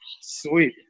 Sweet